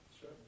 Sure